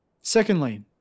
Secondly